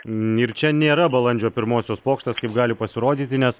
ir čia nėra balandžio pirmosios pokštas kaip gali pasirodyti nes